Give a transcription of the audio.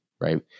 right